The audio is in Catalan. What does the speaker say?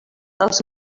els